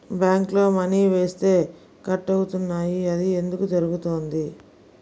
బ్యాంక్లో మని వేస్తే కట్ అవుతున్నాయి అది ఎందుకు జరుగుతోంది?